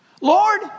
Lord